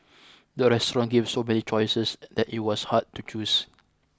the restaurant gave so many choices that it was hard to choose